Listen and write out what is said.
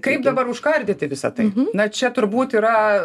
kaip dabar užkardyti visą tai na čia turbūt yra